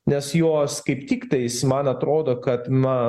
nes jos kaip tiktais man atrodo kad na